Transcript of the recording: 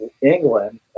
england